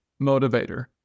motivator